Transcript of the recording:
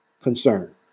concern